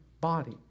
body